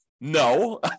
No